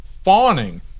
Fawning